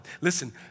Listen